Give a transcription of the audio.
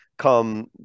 come